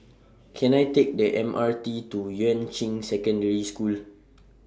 Can I Take The M R T to Yuan Ching Secondary School